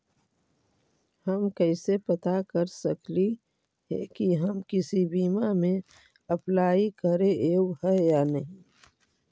हम कैसे पता कर सकली हे की हम किसी बीमा में अप्लाई करे योग्य है या नही?